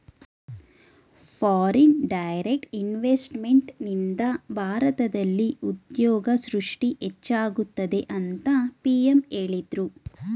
foreign direct ಇನ್ವೆಸ್ತ್ಮೆಂಟ್ನಿಂದ ಭಾರತದಲ್ಲಿ ಉದ್ಯೋಗ ಸೃಷ್ಟಿ ಹೆಚ್ಚಾಗುತ್ತದೆ ಅಂತ ಪಿ.ಎಂ ಹೇಳಿದ್ರು